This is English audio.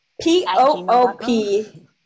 P-O-O-P-